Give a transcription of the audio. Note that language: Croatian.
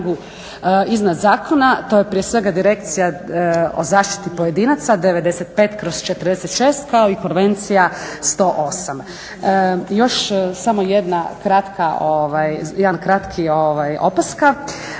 iznad zakona. To je prije svega Direkcija o zaštiti pojedinaca 95/46, kao i Konvencija 108. Još samo jedna kratka opaska,